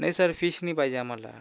नाही sir fish नाही पाहिजे आम्हाला